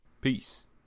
Peace